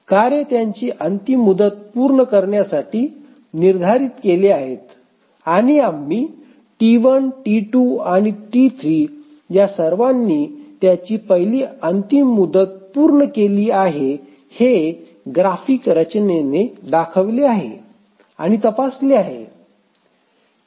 कार्ये त्याची अंतिम मुदत पूर्ण करण्यासाठी निर्धारित केली आहेत आणि आम्ही T1 T2 आणि T3 या सर्वांनी त्यांची पहिली अंतिम मुदत पूर्ण केली आहे हे ग्राफिक रचनेने दाखविले आहे आणि तपासले आहे